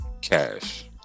cash